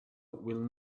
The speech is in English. will